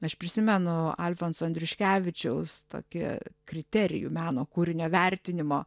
aš prisimenu alfonso andriuškevičiaus tokį kriterijų meno kūrinio vertinimo